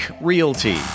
Realty